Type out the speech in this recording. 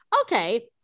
okay